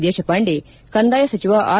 ದೇಶಪಾಂಡೆ ಕಂದಾಯ ಸಚಿವ ಆರ್